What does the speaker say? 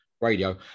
radio